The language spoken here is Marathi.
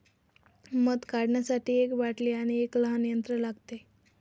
मध काढण्यासाठी एक बाटली आणि एक लहान यंत्र लागते